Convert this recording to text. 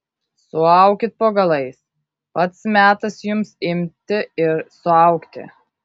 suaukit po galais pats metas jums imti ir suaugti